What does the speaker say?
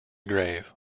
grave